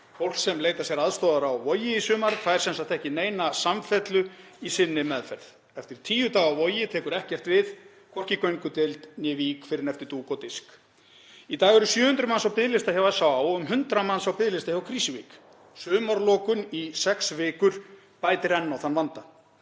Fólk sem leitar sér aðstoðar á Vogi í sumar fær sem sagt ekki neina samfellu í sinni meðferð. Eftir tíu daga á Vogi tekur ekkert við, hvorki göngudeild né Vík, fyrr en eftir dúk og disk. Í dag eru 700 manns á biðlista hjá SÁÁ og um 100 manns á biðlista hjá Krýsuvík. Sumarlokun í sex vikur bætir enn á þann vanda.